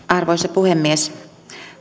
arvoisa puhemies